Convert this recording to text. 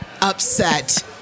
upset